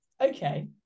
Okay